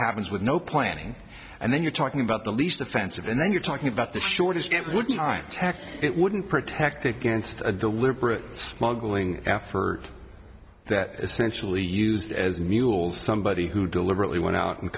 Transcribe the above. happens with no planning and then you're talking about the least offensive and then you're talking about the shortest it would be time tech it wouldn't protect against a deliberate smuggling effort that essentially used as mules somebody who deliberately went out and